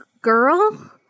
girl